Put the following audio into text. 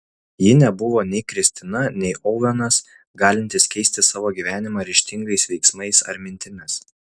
ji nebuvo nei kristina nei ovenas galintys keisti savo gyvenimą ryžtingais veiksmais ar mintimis